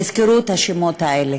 תזכרו את השמות האלה.